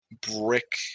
brick